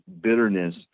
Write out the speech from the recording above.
bitterness